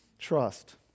Trust